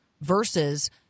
versus